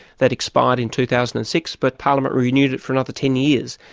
that expired in two thousand and six, but parliament renewed it for another ten years.